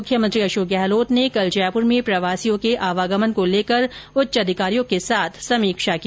मुख्यमंत्री अशोक गहलोत ने कल जयपूर में प्रवासियों के आवागमन को लेकर उच्च अधिकारियों के साथ समीक्षा की